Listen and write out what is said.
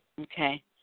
Okay